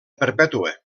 perpètua